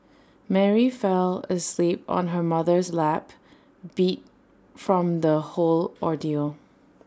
Mary fell asleep on her mother's lap beat from the whole ordeal